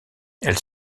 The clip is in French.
elle